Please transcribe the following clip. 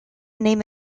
name